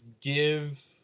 give